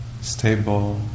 stable